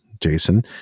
Jason